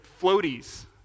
floaties